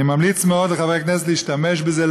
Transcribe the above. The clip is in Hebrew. אני ממליץ מאוד לחברי הכנסת להשתמש בזה,